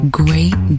great